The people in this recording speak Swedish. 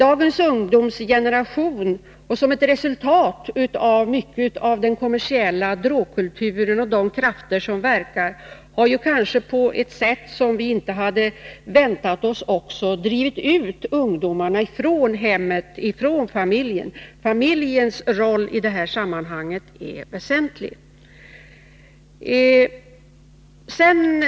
Dagens ungdomsgeneration — och det är ett resultat av mycket av den kommersiella drogkulturen och de krafter som verkar — har kanske på ett sätt som vi inte hade väntat oss drivits ut från hemmet, från familjen. Familjens roll i det här sammanhanget är väsentlig.